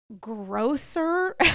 grosser